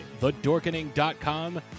thedorkening.com